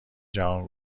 جهان